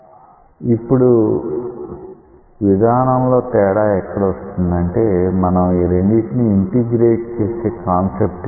ఇప్పుడు విధానం లో తేడా ఎక్కడ వస్తుందంటే మనం ఈ రెండిటిని ఇంటెగ్రేట్ చేసే కాన్సెప్ట్ లో వస్తుంది